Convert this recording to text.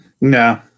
No